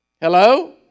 Hello